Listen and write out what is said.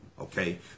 Okay